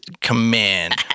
command